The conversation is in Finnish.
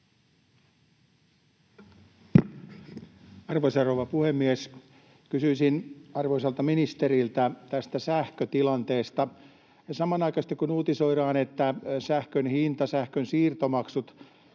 Arvoisa rouva puhemies! Kysyisin arvoisalta ministeriltä tästä sähkötilanteesta. Samanaikaisesti, kun uutisoidaan, että sähkön hinta, sähkönsiirtomaksut